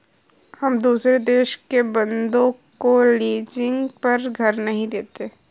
हम दुसरे देश के बन्दों को लीजिंग पर घर नहीं देते